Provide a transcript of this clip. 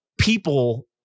People